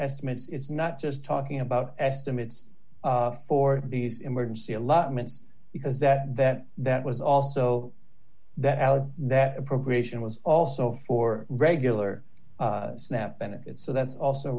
estimates is not just talking about estimates for these emergency allotments because that that that was also that al that appropriation was also for regular snap benefits so that's also